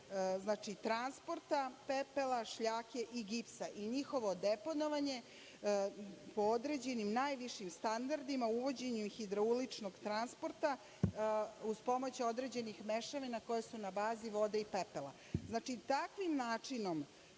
transporta pepela, šljake i gipsa i njihovo deponovanje po određenim najvišim standardima u uvođenju hidrauličnog transporta uz pomoć određenih mešavina koje su na bavi vode i pepela. Znači, takvim načinom